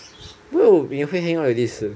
why will minhui hang out with lishi